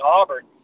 Auburn